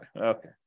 Okay